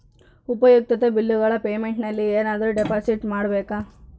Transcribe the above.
ಉಪಯುಕ್ತತೆ ಬಿಲ್ಲುಗಳ ಪೇಮೆಂಟ್ ನಲ್ಲಿ ಏನಾದರೂ ಡಿಪಾಸಿಟ್ ಮಾಡಬೇಕಾ?